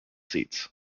seats